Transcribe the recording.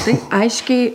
tai aiškiai